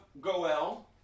Goel